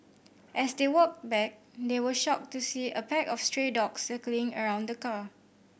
as they walked back they were shocked to see a pack of stray dogs circling around the car